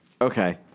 Okay